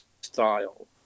style